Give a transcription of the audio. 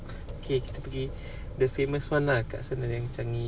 okay kita pergi the famous one lah kat sana yang changi